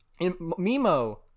Mimo